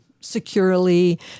securely